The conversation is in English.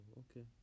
okay